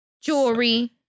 Jewelry